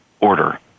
order